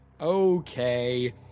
Okay